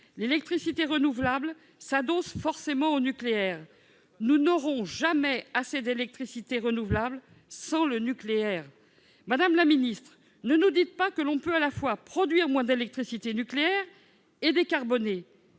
l'électricité renouvelable s'adosse forcément au nucléaire. Nous n'aurons donc jamais assez d'électricité renouvelable sans le nucléaire ! Madame la ministre, ne nous dites pas que l'on peut à la fois produire moins d'électricité nucléaire et décarboner